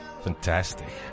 Fantastic